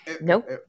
Nope